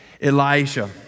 Elijah